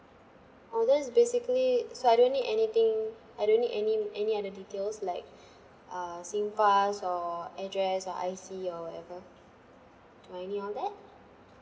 oh then it's basically so I don't need anything I don't need any any other details like uh SINGPASS or address or I_C or whatever do I need all that